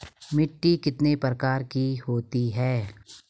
मिट्टी कितने प्रकार की होती है?